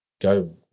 go